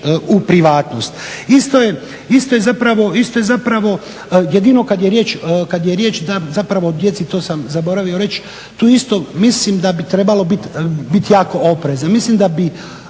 u privatnost. Isto je zapravo kad je riječ da zapravo djeci, to sam zaboravio reć, tu isto mislim da bi trebalo bit jako oprezan. Mislim da bi